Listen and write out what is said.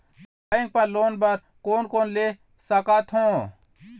Bank मा loan बर कोन कोन ले सकथों?